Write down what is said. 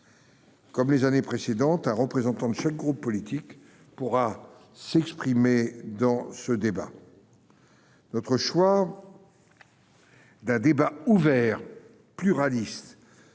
Comme les années précédentes, un représentant de chaque groupe politique pourra s'exprimer au cours de ce débat. Notre choix d'un débat ouvert et pluraliste